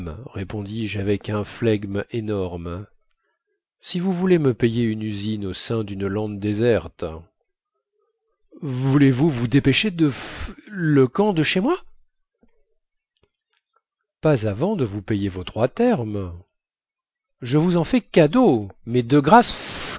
répondis-je avec un flegme énorme si vous voulez me payer une usine au sein dune lande déserte voulez-vous vous dépêcher de f le camp de chez moi pas avant de vous payer vos trois termes je vous en fais cadeau mais de grâce